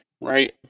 right